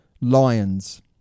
Lions